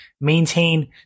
maintain